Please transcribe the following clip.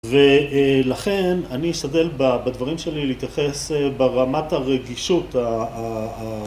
ולכן אני אשתדל בדברים שלי להתייחס ברמת הרגישות ה….